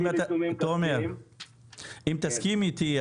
אם תסכים איתי,